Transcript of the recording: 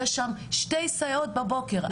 יש שם שתי סייעות בבוקר,